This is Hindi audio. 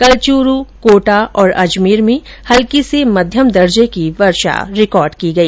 कल चूरू कोटा और अजमेर में हल्की से मध्यम दर्जे की वर्षा रिकॉर्ड की गई